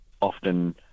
Often